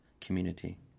community